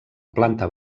planta